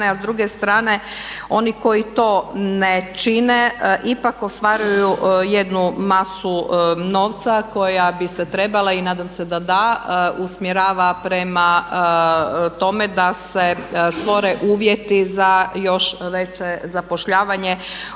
a s druge strane oni koji to ne čine ipak ostvaruju jednu masu novca koja bi se trebala i nadam se da da usmjerava prema tome da se stvore uvjeti za još veće zapošljavanje